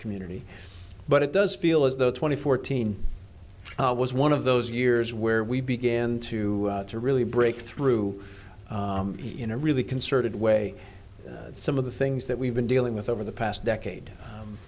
community but it does feel as though twenty fourteen was one of those years where we began to to really break through in a really concerted way some of the things that we've been dealing with over the past decade